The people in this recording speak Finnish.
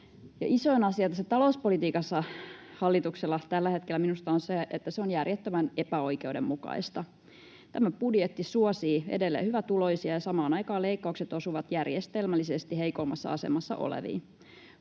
Isoin asia tässä talouspolitiikassa hallituksella tällä hetkellä minusta on se, että se on järjettömän epäoikeudenmukaista. Tämä budjetti suosii edelleen hyvätuloisia, ja samaan aikaan leikkaukset osuvat järjestelmällisesti heikoimmassa asemassa oleviin.